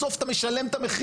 בסוף אתה משלם את המחיר.